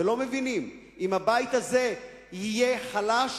לא מבינים שאם הבית הזה יהיה חלש,